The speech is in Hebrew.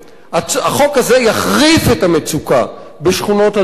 החוק הזה יחריף את המצוקה בשכונות הדרום,